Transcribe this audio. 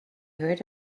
heard